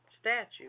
statue